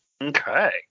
Okay